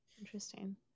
Interesting